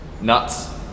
Nuts